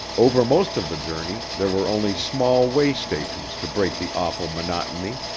over most of the journey there were only small way stations to break the awful monotony.